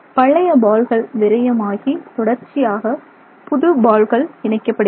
பழைய பால்கள் விரயமாகி தொடர்ச்சியாக புது பால்கள் இணைக்கப் படுகின்றன